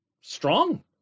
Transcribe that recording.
strong